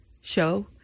show